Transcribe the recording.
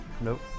Nope